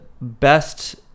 best